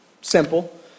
simple